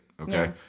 Okay